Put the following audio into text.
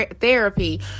therapy